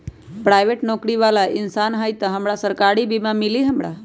Private नौकरी बाला इंसान हई त हमरा सरकारी बीमा मिली हमरा?